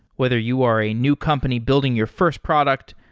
whether you are a new company building your first product,